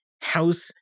house